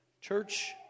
Church